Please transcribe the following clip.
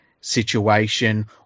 situation